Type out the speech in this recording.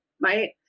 right